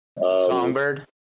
Songbird